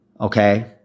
Okay